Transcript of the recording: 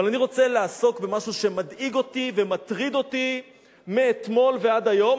אבל אני רוצה לעסוק במשהו שמדאיג אותי ומטריד אותי מאתמול ועד היום,